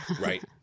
Right